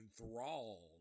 enthralled